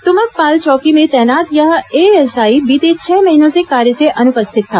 तुमकपाल चौकी में तैनात यह एएसआई बीते छह महीनों से कार्य से अनुपस्थित था